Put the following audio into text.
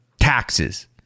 taxes